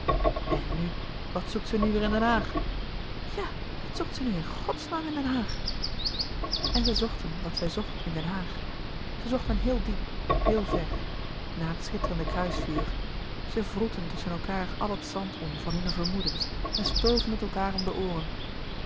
en nu wat zoekt ze nu weêr in den haag ja wat zoekt ze nu in godsnaam in den haag en zij zochten wat zij zocht in den haag zij zochten heel diep heel ver na het schitterende kruisvuur zij wroetten tusschen elkaâr al het zand om van hunne vermoedens en stoven het elkaâr om de ooren